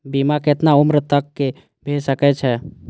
बीमा केतना उम्र तक के भे सके छै?